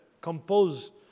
compose